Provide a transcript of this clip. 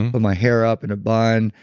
and but my hair up in a band,